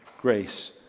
Grace